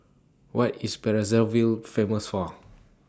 What IS Brazzaville Famous For